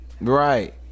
right